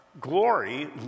glory